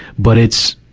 but it's,